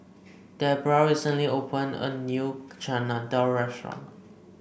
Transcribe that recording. Debbra recently opened a new Chana Dal Restaurant